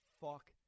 fuck